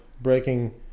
breaking